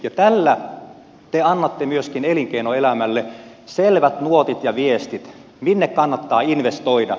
tällä te annatte myöskin elinkeinoelämälle selvät nuotit ja viestit minne kannattaa investoida